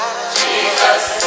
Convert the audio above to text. Jesus